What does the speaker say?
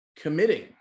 committing